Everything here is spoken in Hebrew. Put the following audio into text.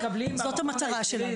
זאת המטרה שלנו.